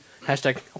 Hashtag